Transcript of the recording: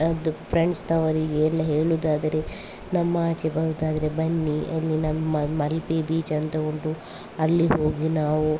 ಅದು ಫ್ರೆಂಡ್ಸ್ನವರಿಗೆ ಎಲ್ಲ ಹೇಳುವುದಾದರೆ ನಮ್ಮ ಆಚೆ ಬರುದಾದರೆ ಬನ್ನಿ ಅಲ್ಲಿ ನಮ್ಮ ಮಲ್ಪೆ ಬೀಚ್ ಅಂತ ಉಂಟು ಅಲ್ಲಿ ಹೋಗಿ ನಾವು